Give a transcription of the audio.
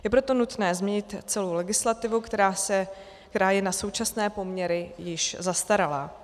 Je proto nutné změnit celou legislativu, která je na současné poměry již zastaralá.